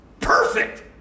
perfect